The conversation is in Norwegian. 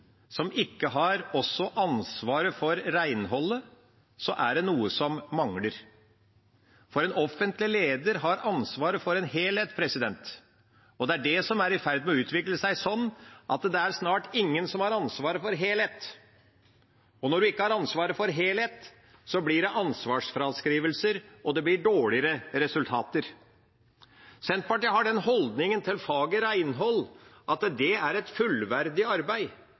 som ikke også har ansvaret for renholdet, er det noe som mangler. En offentlig leder har ansvar for helheten. Det er det som er i ferd med å utvikle seg: Det er snart ingen som har ansvar for helheten. Når en ikke har ansvar for helheten, blir det ansvarsfraskrivelser, og det blir dårligere resultater. Senterpartiet har den holdningen til faget renhold at det er et fullverdig arbeid.